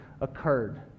occurred